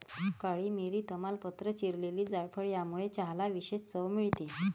काळी मिरी, तमालपत्र, चिरलेली जायफळ यामुळे चहाला विशेष चव मिळते